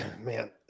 man